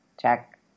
check